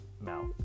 mouth